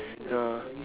ya